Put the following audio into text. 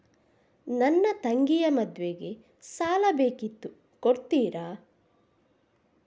ನನ್ನ ತಂಗಿಯ ಮದ್ವೆಗೆ ಸಾಲ ಬೇಕಿತ್ತು ಕೊಡ್ತೀರಾ?